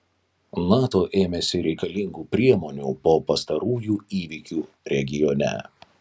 nato ėmėsi reikalingų priemonių po pastarųjų įvykių regione